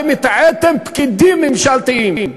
אתה הטעיתם פקידים ממשלתיים.